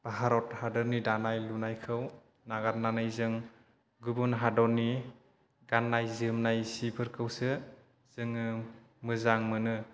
भारत हादरनि दानाय लुनायखौ नागारनानै जों गुबुन हादरनि गाननाय जोमनाय सिफोरखौसो जोङो मोजां मोनो